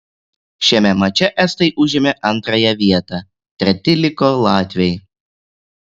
šiame mače estai užėmė antrąją vietą treti liko latviai